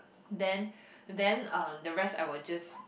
then then um the rest I will just